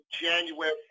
January